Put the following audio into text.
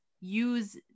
use